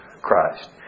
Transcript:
Christ